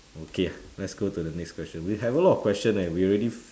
okay ah let's go to the next question we have a lot of question leh we already fi~